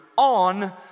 on